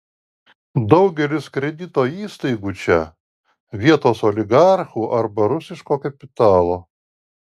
daugelis kredito įstaigų čia vietos oligarchų arba rusiško kapitalo